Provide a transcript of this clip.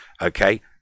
okay